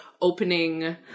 opening